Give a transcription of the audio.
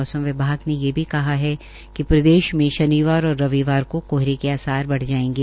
मौसम विभाग ने ये भी कहा कि प्रदेश में शनिवार और रविवार को कोहरे के आभार बढ़ जायेंगे